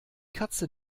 katze